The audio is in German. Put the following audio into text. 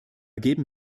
geben